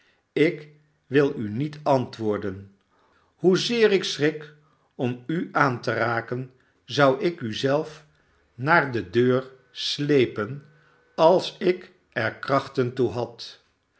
ik wil u niet antwoorden hoezeer ik schrik om u aan te raken zou ik u zelf naar de deur slepen als ik er krachten toe had